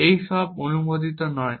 এই সব অনুমোদিত নয়